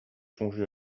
songé